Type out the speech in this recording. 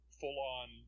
full-on